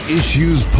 Issues